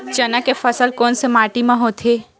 चना के फसल कोन से माटी मा होथे?